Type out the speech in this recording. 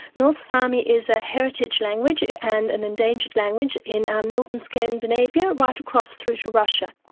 north sami is a heritage language, and an endangered language in um northern scandinavia right across through to russia,